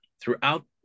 throughout